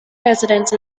residence